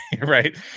Right